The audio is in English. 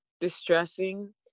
distressing